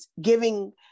giving